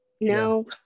No